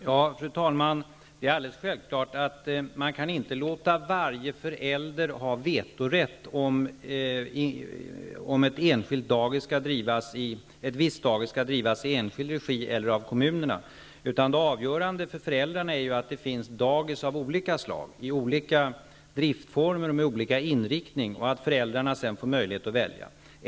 Fru talman! Det är alldeles själklart att man inte kan låta varje förälder ha vetorätt i frågan om ett visst dagis skall drivas i enskild regi eller av kommunen. Det avgörande för föräldrarna är att det finns dagis av olika slag med olika driftformer och med olika inriktning och att föräldrarna har möjlighet att välja mellan dessa.